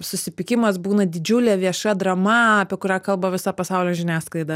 susipykimas būna didžiulė vieša drama apie kurią kalba visa pasaulio žiniasklaida